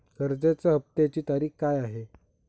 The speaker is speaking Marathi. कर्जाचा हफ्त्याची तारीख काय आहे?